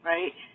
Right